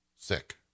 sick